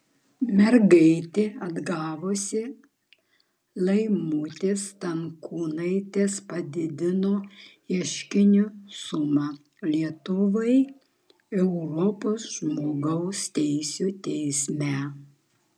mergaitę atgavusi laimutė stankūnaitė padidino ieškinio sumą lietuvai europos žmogaus teisių teisme